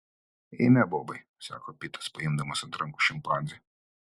eime bobai sako pitas paimdamas ant rankų šimpanzę